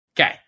Okay